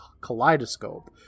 kaleidoscope